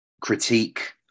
critique